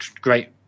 great